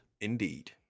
indeed